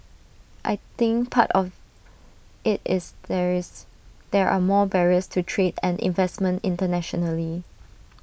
I think part of IT is there is there are more barriers to trade and investment internationally